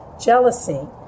jealousy